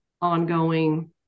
ongoing